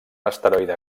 asteroide